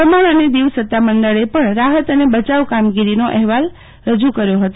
દમણ અને દીવ સત્તામંડળે પણ રાહત અને બયાવ કામગીરીનો અહેવાલ રજૂ કર્યો હતો